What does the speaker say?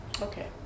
okay